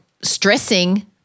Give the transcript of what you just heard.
stressing